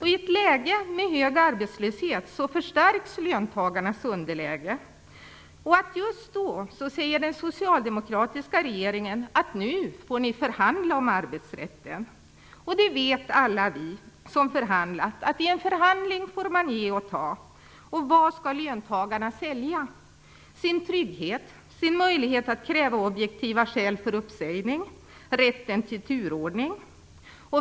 I ett läge med hög arbetslöshet förstärks löntagarnas underläge. Just då säger den socialdemokratiska regeringen: Nu får ni förhandla om arbetsrätten! Alla vi som förhandlat vet att i en förhandling får man ge och ta. Och vad skall löntagarna sälja? Sin trygghet? Sin möjlighet att kräva objektiva skäl för uppsägning? Rätten till turordning?